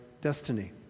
destiny